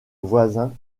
voisin